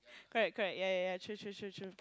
correct correct yeah yeah yeah true true true true